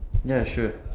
ya sure